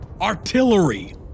artillery